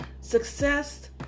success